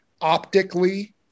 optically